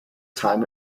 time